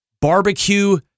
Barbecue